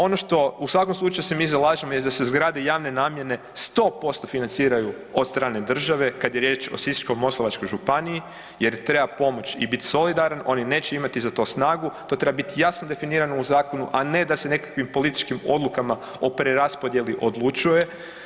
Ono što su svakom slučaju se mi zalažemo je da se zgrade javne namjene 100% financiraju od strane države kad je riječ o Sisačko-moslavačkoj županiji jer treba pomoći i biti solidaran, oni neće imati za to snagu, to treba biti jasno definirano u zakonu, a ne da se nekakvim političkim odlukama o preraspodijeli odlučuje.